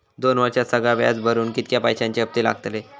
दोन वर्षात सगळा व्याज भरुक कितक्या पैश्यांचे हप्ते लागतले?